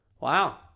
Wow